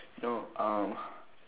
no uh